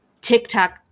TikTok